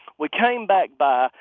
we came back by,